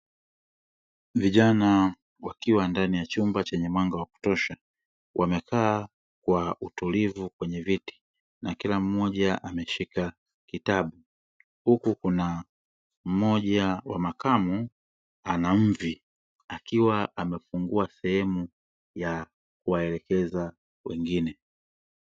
Vijana wakiwa ndani ya chumba chenye mwanga wa kutosha wamekaa kwa utulivu kwenye viti, na kila mmoja ameshika kitabu, huku kuna mmoja wa makamo ana mvi akiwa amefungua sehemu ya kuwaelekeza wengine.